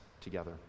together